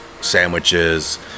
sandwiches